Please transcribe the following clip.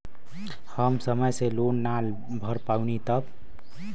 हम समय से लोन ना भर पईनी तब?